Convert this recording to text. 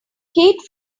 kate